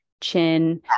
chin